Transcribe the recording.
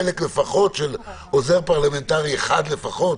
עוזר פרלמנטרי אחד לפחות.